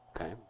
Okay